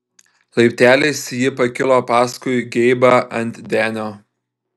laipteliais ji pakilo paskui geibą ant denio